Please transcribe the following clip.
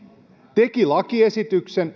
teki lakiesityksen